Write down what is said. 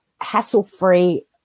hassle-free